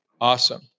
Awesome